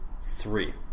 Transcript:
three